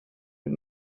mit